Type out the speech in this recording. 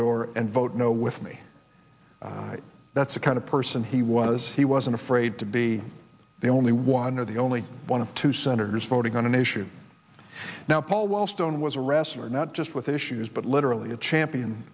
door and vote no with me that's the kind of person he was he wasn't afraid to be the only one or the only one of two senators voting on an issue now paul wellstone was a wrestler not just with issues but literally a champion